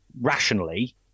Rationally